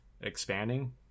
expanding